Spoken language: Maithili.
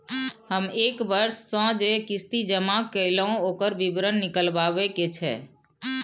हम एक वर्ष स जे किस्ती जमा कैलौ, ओकर विवरण निकलवाबे के छै?